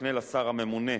המקנה לשר הממונה,